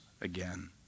again